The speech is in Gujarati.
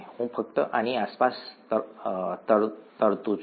હું ફક્ત આની આસપાસ તરતું છું